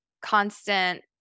constant